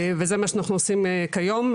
וזה מה שאנחנו עושים כיום.